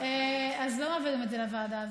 אז לא מעבירים את זה לוועדה.